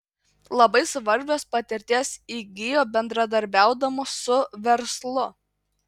labai svarbios patirties įgijo bendradarbiaudamos su verslu